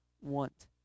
want